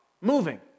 moving